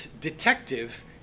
detective